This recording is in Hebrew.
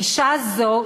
גישה זו,